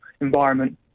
environment